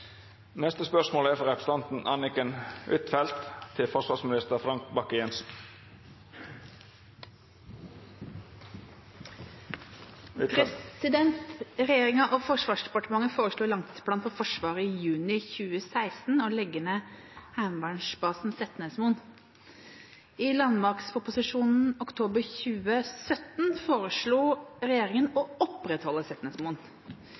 og Forsvarsdepartementet foreslo i langtidsplanen for Forsvaret i juni 2016 å legge ned heimevernsbasen Setnesmoen. I landmaktproposisjonen i oktober 2017 foreslo regjeringen